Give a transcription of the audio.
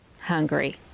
hungry